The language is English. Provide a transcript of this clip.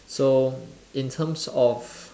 so in terms of